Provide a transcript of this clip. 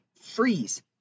freeze